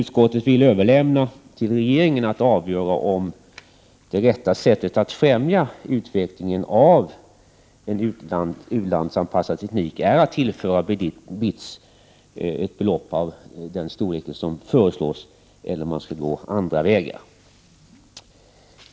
Utskottet vill dock överlämna till regeringen att avgöra om rätta sättet att främja utvecklingen av u-landsanpassad teknik är att tillföra BITS ett belopp av den storlek som föreslås eller om man skall gå andra vägar.